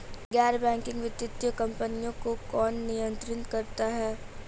गैर बैंकिंग वित्तीय कंपनियों को कौन नियंत्रित करता है?